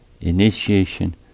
initiation